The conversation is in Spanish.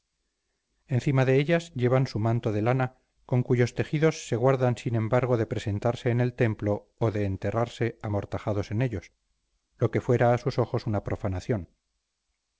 encima de ellas llevan su manto de lana con cuyos tejidos se guardan sin embargo de presentarse en el templo o de enterrarse amortajados en ellos lo que fuera a sus ojos una profanación